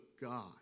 God